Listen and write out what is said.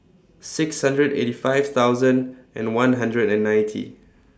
six hundred eighty five thousand and one hundred and ninety